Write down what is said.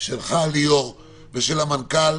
שלך ליאור ושל המנכ"ל